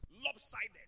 lopsided